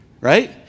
right